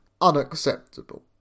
unacceptable